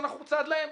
שאנחנו צד להן,